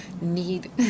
need